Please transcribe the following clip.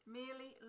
merely